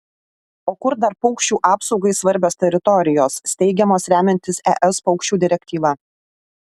o kur dar paukščių apsaugai svarbios teritorijos steigiamos remiantis es paukščių direktyva